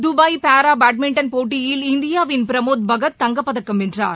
Dubai para badminton போட்டியில் இந்தியாவின் பிரமோத் பகத் தங்கப்பதக்கம் வென்றார்